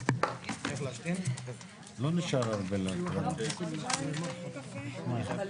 הישיבה ננעלה בשעה 12:59.